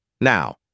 Now